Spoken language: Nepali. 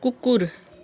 कुकुर